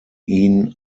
ihn